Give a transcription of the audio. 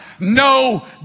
No